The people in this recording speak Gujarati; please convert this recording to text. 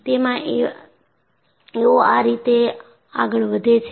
તેમાં તેઓ આ રીતે આગળ વધે છે